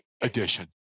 edition